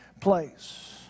place